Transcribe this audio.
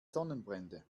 sonnenbrände